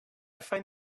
find